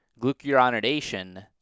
Glucuronidation